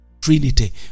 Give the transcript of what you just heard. trinity